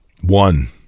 One